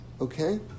Okay